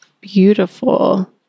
beautiful